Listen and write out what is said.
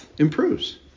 improves